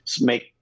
make